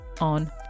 on